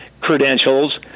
credentials